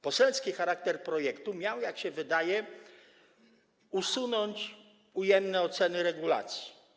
Poselski charakter projektu miał, jak się wydaje, usunąć ujemne oceny regulacji.